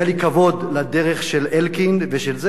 היה לי כבוד לדרך של אלקין ושל,